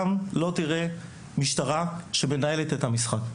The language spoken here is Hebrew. בכל העולם לא תראה משטרה שמנהלת את המשחק.